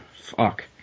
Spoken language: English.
Fuck